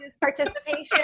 participation